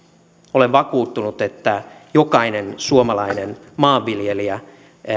olen vakuuttunut että jokainen suomalainen maanviljelijä